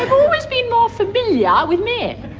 always been more familiar yeah with men.